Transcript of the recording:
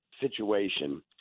situation